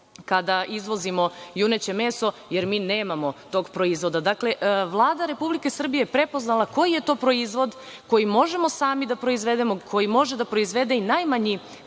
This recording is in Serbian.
kada izvozimo juneće meso, jer mi nemamo tog proizvoda. Dakle, Vlada Republike Srbije je prepoznala koji je to proizvod, koji možemo sami da proizvedemo, koji može da proizvede i najmanji